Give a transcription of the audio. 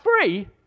free